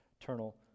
eternal